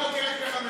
אתה מהבוקר רק מחמם,